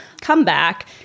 comeback